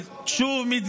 לא באופן רטרואקטיבי.